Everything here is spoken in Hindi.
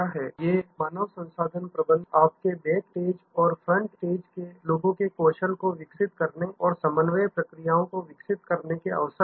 ये मानव संसाधन प्रबंधन के लिए आपके बैकस्टेज नेपथ्य और फ्रंट स्टेज के लोगों के कौशल को विकसित करने और समन्वय प्रक्रियाओं को विकसित करने के अवसर हैं